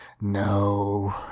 No